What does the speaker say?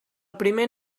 primer